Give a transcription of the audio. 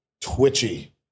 twitchy